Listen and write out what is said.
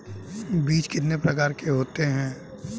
बीज कितने प्रकार के होते हैं?